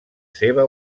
seva